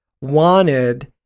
wanted